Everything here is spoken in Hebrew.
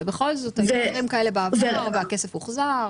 שבכל זאת היו מקרים כאלה בעבר והכסף הוחזר.